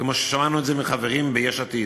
כמו ששמענו את זה מחברים ביש עתיד,